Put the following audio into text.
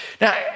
Now